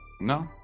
no